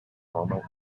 normal